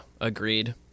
agreed